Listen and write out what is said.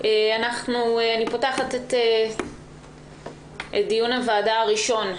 אני פותחת את דיון הוועדה הראשון,